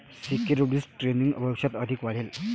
securities trading भविष्यात अधिक वाढेल